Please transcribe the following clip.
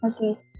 Okay